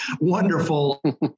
wonderful